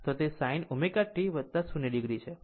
તો તે sin ω t 0 o છે